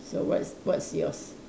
so what's what's yours